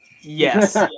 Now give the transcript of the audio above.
Yes